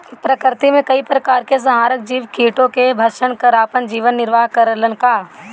प्रकृति मे कई प्रकार के संहारक जीव कीटो के भक्षन कर आपन जीवन निरवाह करेला का?